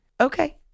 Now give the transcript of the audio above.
Okay